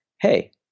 hey